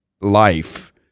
life